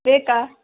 ಬೇಕಾ